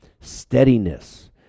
Steadiness